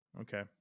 Okay